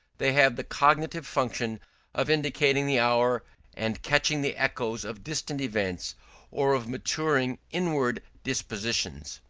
they have the cognitive function of indicating the hour and catching the echoes of distant events or of maturing inward dispositions.